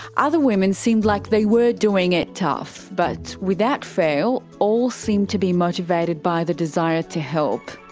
other women seemed like they were doing it tough, but without fail all seemed to be motivated by the desire to help.